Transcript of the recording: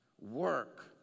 work